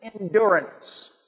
endurance